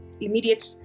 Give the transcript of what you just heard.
immediate